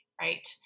right